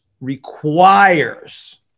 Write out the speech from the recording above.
requires